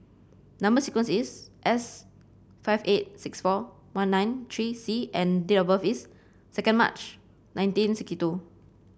number sequence is S five eight six four one nine three C and date of birth is second March nineteen sixty two